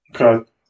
Okay